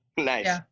nice